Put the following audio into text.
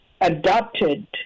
adopted